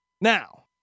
now